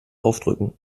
aufdrücken